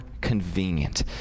convenient